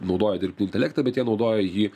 naudoja dirbtinį intelektą bet jie naudoja jį